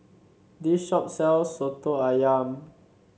this shop sells soto ayam